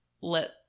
let